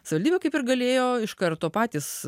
savivaldybė kaip ir galėjo iš karto patys